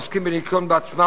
העוסקים בניכיון בעצמם,